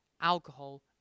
alcohol